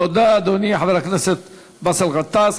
תודה, אדוני, חבר הכנסת באסל גטאס.